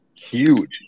huge